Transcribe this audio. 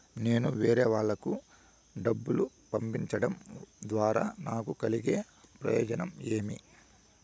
నేను వేరేవాళ్లకు డబ్బులు పంపించడం ద్వారా నాకు కలిగే ప్రయోజనం ఏమి?